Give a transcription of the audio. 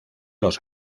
los